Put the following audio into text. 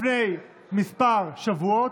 לפני כמה שבועות,